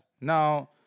now